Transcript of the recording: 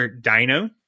Dino